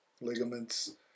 ligaments